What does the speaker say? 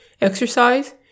exercise